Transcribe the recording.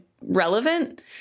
relevant